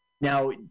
Now